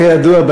כידוע,